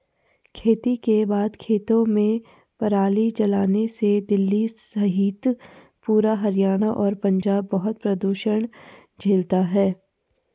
खेती के बाद खेतों में पराली जलाने से दिल्ली सहित पूरा हरियाणा और पंजाब बहुत प्रदूषण झेलता है